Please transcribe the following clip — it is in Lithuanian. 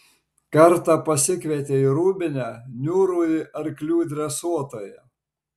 kartą pasikvietė į rūbinę niūrųjį arklių dresuotoją